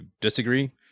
disagree